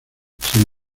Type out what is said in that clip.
sin